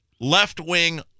left-wing